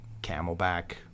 camelback